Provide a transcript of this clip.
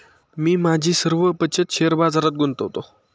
मी माझी सर्व बचत शेअर बाजारात गुंतवतो